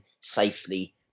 safely